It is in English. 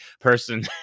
person